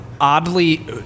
oddly